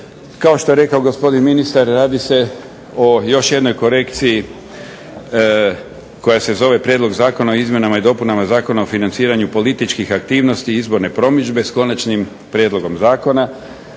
Kao što je rekao gospodin ministar radi se o još jednoj korekciji koja se zove Prijedlog zakona o izmjenama i dopunama Zakona o financiranju političkih aktivnosti i izborne promidžbe s konačnim prijedlogom zakona,